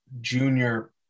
junior